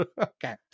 Okay